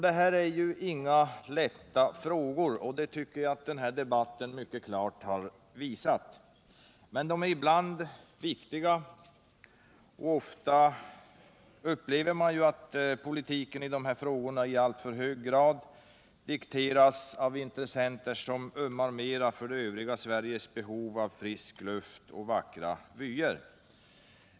Det är inga lätta frågor — det tycker jag att den här debatten mycket klart har visat. Men de är viktiga, och ofta upplever man ju att politiken i dessa frågor i alltför hög grad dikteras av intressenter som ömmar mera för det övriga Sveriges behov av frisk luft och vackra vyer.